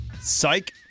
Psych